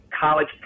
college